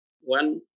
One